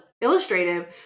illustrative